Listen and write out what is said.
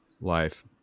life